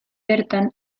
bertan